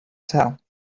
tell